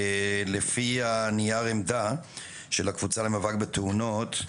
לפי נייר העמדה של הקבוצה למאבק בתאונות,